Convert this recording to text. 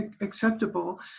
acceptable